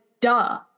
duh